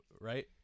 right